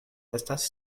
estas